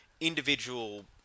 individual